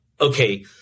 okay